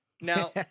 Now